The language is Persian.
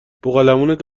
بوقلمونت